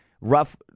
Rough